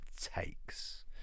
takes